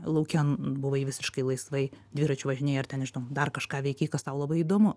lauke buvai visiškai laisvai dviračiu važinėjai ar ten nežinau dar kažką veikei kas tau labai įdomu